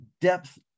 depth